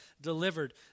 delivered